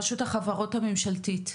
רשות החברות הממשלתיות.